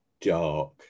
dark